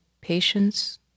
patience